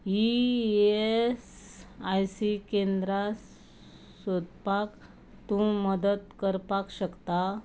ESIC केंद्रां सोदपाक तूं मदत करपाक शकता